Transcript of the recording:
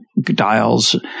dials